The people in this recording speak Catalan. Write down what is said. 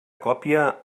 còpia